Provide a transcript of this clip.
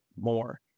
more